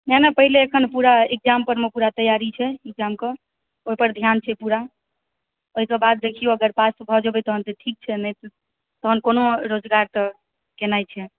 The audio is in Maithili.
नहि नहि पहिले एखन पूरा इक्जाम परमे पूरा तैआरी छै इक्जाम कऽ ओहि पर ध्यान छै पूरा ओहि कऽ बाद देखियौ अगर पास भऽ जयबै तहन तऽ ठीक छै नहि तहन कोनो रोजगार तऽ केनाइ छै